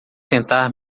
tentar